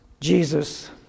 Jesus